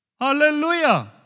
Hallelujah